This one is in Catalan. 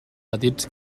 petits